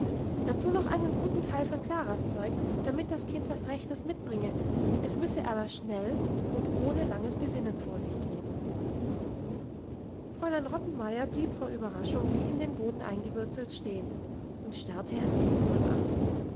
war dazu noch einen guten teil von klaras zeug damit das kind was rechtes mitbringe es müsse aber alles schnell und ohne langes besinnen vor sich gehen fräulein rottenmeier blieb vor überraschung wie in den boden eingewurzelt stehen und starrte herrn sesemann an